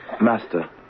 Master